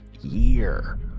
year